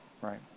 right